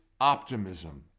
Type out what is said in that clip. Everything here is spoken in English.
optimism